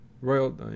Royal